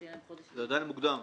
שיהיה להם חודש --- זה עניין מוקדם.